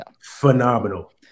phenomenal